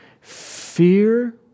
fear